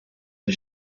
his